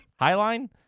Highline